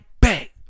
back